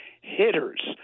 hitters